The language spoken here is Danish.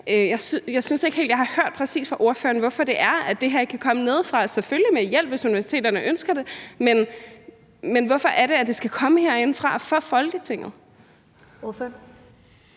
fra ordføreren, hvorfor det er, at det her ikke kan komme nedefra – selvfølgelig med hjælp, hvis universiteterne ønsker det. Men hvorfor er det, at det skal komme herindefra, fra Folketinget?